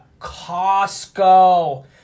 Costco